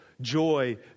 joy